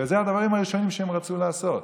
ואלה הדברים הראשונים שהם רצו לעשות,